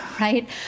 right